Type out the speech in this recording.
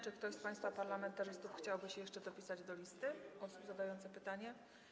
Czy ktoś z państwa parlamentarzystów chciałby jeszcze dopisać się do listy osób zadających pytanie?